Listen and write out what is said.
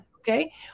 okay